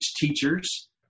teachers